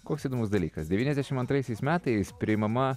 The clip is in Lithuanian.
koks įdomus dalykas devyniasdešimt antraisiais metais priimama